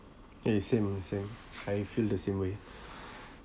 eh same same I feel the same way